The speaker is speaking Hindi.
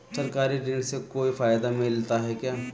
सरकारी ऋण से कोई फायदा मिलता है क्या?